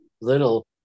little